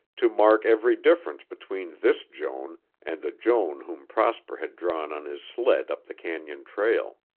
to mark every difference between this joan and the joan whom prosper had drawn on his sled up the canon trail.